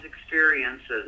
experiences